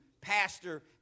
pastor